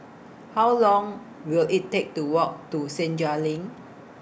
How Long Will IT Take to Walk to Senja LINK